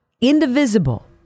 indivisible